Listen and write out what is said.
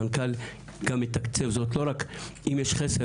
המנכ"ל גם מתקצב זאת לא רק אם יש חסר,